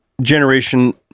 generation